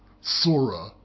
Sora